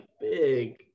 big